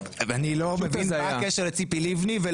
אני לא מבין מה הקשר לציפי לבני.